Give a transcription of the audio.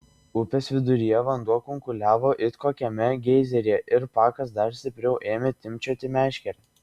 upės viduryje vanduo kunkuliavo it kokiame geizeryje ir pakas dar stipriau ėmė timpčioti meškerę